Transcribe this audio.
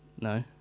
No